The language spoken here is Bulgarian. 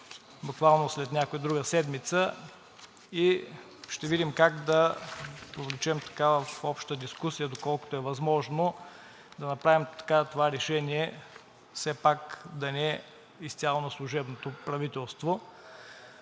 буквално след някоя и друга седмица, и ще видим как да увлечем в обща дискусия, доколкото е възможно, да направим това решение все пак да не е изцяло на служебното правителство.